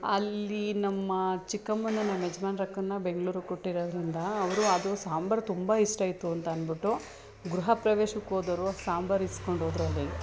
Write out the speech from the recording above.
ಅಲ್ಲಿ ನಮ್ಮ ಚಿಕ್ಕಮ್ಮನ ನಮ್ಮ ಯಜ್ಮಾನ್ರು ಅಕ್ಕನ್ನ ಬೆಂಗ್ಳೂರಿಗೆ ಕೊಟ್ಟಿರೋದರಿಂದ ಅವರು ಅದು ಸಾಂಬಾರು ತುಂಬ ಇಷ್ಟ ಆಯಿತು ಅಂತ ಅಂದ್ಬಿಟ್ಟು ಗೃಹ ಪ್ರವೇಶಕ್ಕೆ ಹೋದವ್ರು ಸಾಂಬಾರು ಈಸ್ಕೊಂಡೋದ್ರು ಅಲ್ಲಿಗೆ